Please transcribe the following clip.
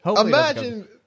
Imagine